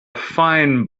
fine